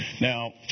Now